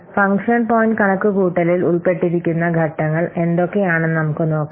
function point കണക്കുകൂട്ടലിൽ ഉൾപ്പെട്ടിരിക്കുന്ന ഘട്ടങ്ങൾ എന്തൊക്കെയാണെന്ന് നമുക്ക് നോക്കാം